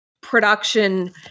production